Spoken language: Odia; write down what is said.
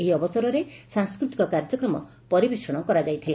ଏହି ଅବସରରେ ସାଂସ୍କୃତିକ କାର୍ଯ୍ୟକ୍ରମ ପରିବେଷଣ କରାଯାଇଥିଲା